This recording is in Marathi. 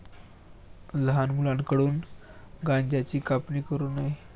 लहान मुलांकडून गांज्याची कापणी करू नये